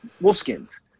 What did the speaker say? Wolfskins